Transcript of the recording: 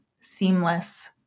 seamless